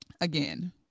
again